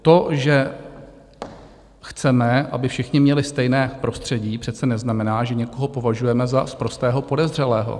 To, že chceme, aby všichni měli stejné prostředí, přece neznamená, že někoho považujeme za sprostého podezřelého.